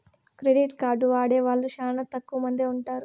credit card వాడే వాళ్ళు శ్యానా తక్కువ మందే ఉంటారు